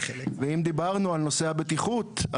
אם דיברנו על נושא הבטיחות,